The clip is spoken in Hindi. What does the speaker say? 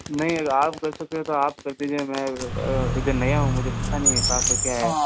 नहीं अगर आप कर सकते हैं तो आप कर दीजिए मैं इधर नया हूँ मुझे पता नहीं है कहाँ पर क्या है